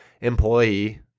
employee